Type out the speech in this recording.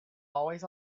always